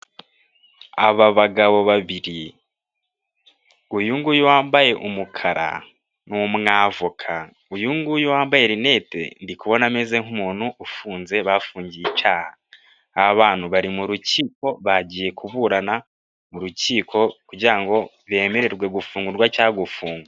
Aba bagabo babiri, uyu nguyu wambaye umukara ni umu avoka, uyu nguyu wambaye rinete ndikubona ameze nk'umuntu ufunze, bafungiye icyaha, aba bantu bari mu rukiko bagiye kuburana mu rukiko kugira ngo bemererwe gufungurwa cyangwa gufungwa.